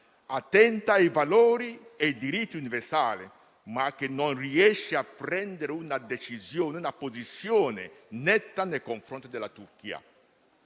attenta ai valori e ai diritti universali, non riesce però a prendere una decisione e una posizione netta nei confronti della Turchia.